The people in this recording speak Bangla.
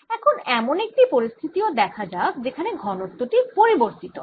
এখন এমন একটি পরিস্থিতিও দেখা যাক যেখানে ঘনত্বটি পরিবর্তিত হয়